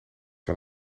wel